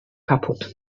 kaputt